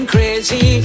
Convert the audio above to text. Crazy